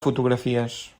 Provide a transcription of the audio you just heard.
fotografies